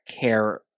care